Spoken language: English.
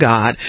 God